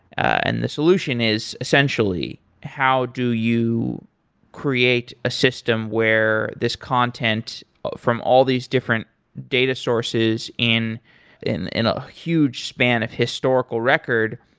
and the solution is essentially how do you create a system where this content from all these different data sources in in a huge span of historical record,